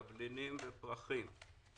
תבלינים ופרחים.